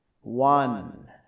One